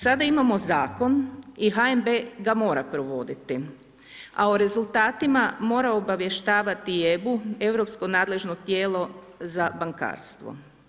Sada imamo zakon i HNB ga mora provoditi, a o rezultatima mora obavještavati EBU Europsko nadležno tijelo za bankarstvo.